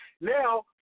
Now